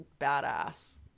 badass